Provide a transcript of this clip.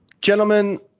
gentlemen